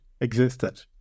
existed